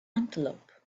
antelope